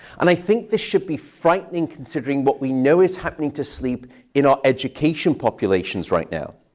and i think this should be frightening considering what we know is happening to sleep in our education populations right now.